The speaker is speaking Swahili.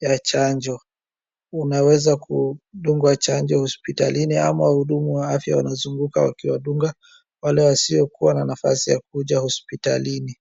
ya chanjo. Unaweza kudungwa chanjo hospitalini ama wahudumu wa afya wanazunguka wakiwadunga wale wasiokuwa na nafasi ya kukuja hospitalini.